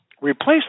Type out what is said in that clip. replace